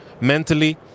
mentally